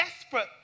desperate